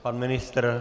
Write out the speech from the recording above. Pan ministr?